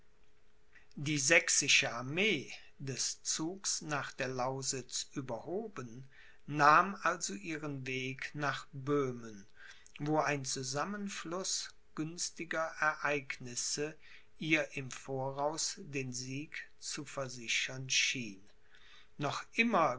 die sächsische armee des zugs nach der lausitz überhoben nahm also ihren weg nach böhmen wo ein zusammenfluß günstiger ereignisse ihr im voraus den sieg zu versichern schien noch immer